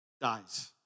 dies